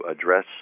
address